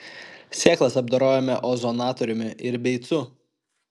sėklas apdorojome ozonatoriumi ir beicu